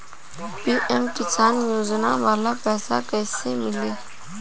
PM किसान योजना वाला पैसा कईसे मिली?